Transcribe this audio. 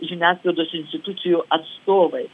žiniasklaidos institucijų atstovai